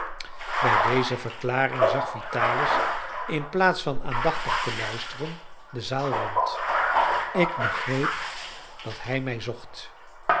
bij deze verklaring zag vitalis in plaats van aandachtig te luisteren de zaal rond ik begreep dat hij mij zocht